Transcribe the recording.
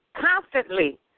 constantly